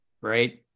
right